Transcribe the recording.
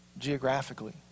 geographically